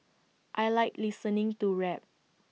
I Like listening to rap